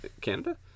Canada